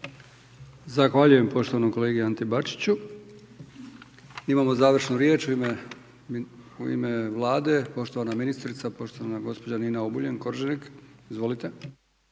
Zahvaljujem poštovanom kolegi Ante Bačiću. Imamo završnu riječ u ime Vlade, poštovana ministrica, poštovana gospođa Nina Obuljen Koržinek. **Obuljen